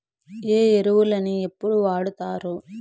ఏ ఎరువులని ఎప్పుడు వాడుతారు?